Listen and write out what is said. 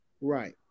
Right